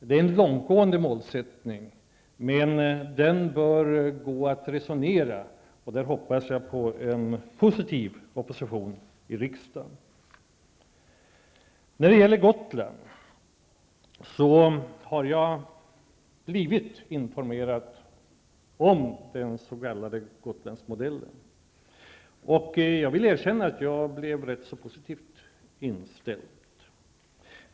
Det är en långtgående målsättning, men den bör gå att resonera kring, och jag hoppas i det sammanhanget på en positiv opposition i riksdagen. Jag har blivit informerad om den s.k. Gotlandsmodellen, och jag skall erkänna att jag blev rätt positivt inställd.